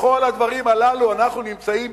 בכל הדברים הללו אנחנו נמצאים